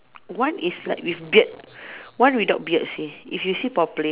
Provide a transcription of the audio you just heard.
one is like with beard one without beard you see if you see properly